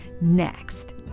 Next